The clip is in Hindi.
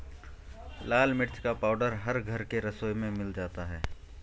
लाल मिर्च का पाउडर हर घर के रसोई में मिल जाता है